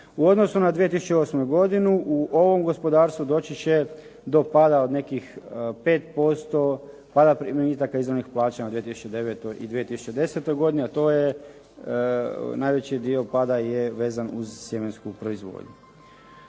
U odnosu na 2008. godinu u ovom gospodarstvu doći će do pada od nekih 5%, pada primitaka izravnih plaćanja u 2009. i 2010. godini, a to je najveći dio pada je vezan uz sjemensku proizvodnju.